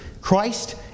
Christ